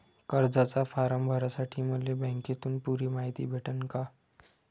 कर्जाचा फारम भरासाठी मले बँकेतून पुरी मायती भेटन का?